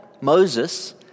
Moses